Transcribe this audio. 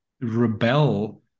rebel